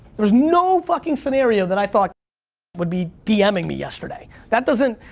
there was no fucking scenario that i thought would be dming me yesterday. that doesn't,